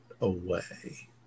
away